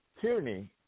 tyranny